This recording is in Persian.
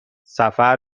سفر